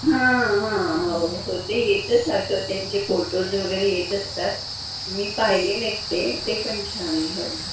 हां हां हो हो ते येतं सारखं त्यांचे फोटोज वगैरे येत असतात मी पाहिलेले आहेत ते ते पण छान आहे हो